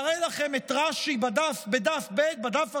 מראה לכם את רש"י בדף ב', בדף הראשון,